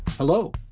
Hello